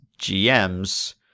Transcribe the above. GMs